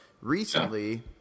recently